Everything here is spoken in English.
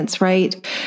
right